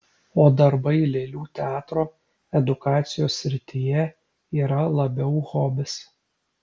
o darbai lėlių teatro edukacijos srityje yra labiau hobis